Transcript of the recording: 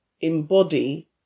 embody